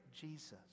Jesus